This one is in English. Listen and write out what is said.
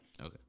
Okay